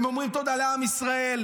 הם אומרים תודה לעם ישראל,